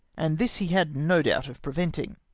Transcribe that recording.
and this he had no doubt of preventing.